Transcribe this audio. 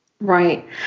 right